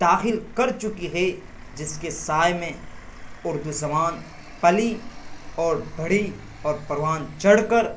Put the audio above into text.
داخل کر چکی ہے جس کے سائے میں اردو زبان پلی اور بڑھی اور پروان چڑھ کر